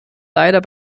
leider